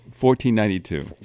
1492